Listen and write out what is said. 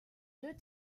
deux